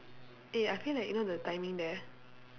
eh I feel like you know the timing there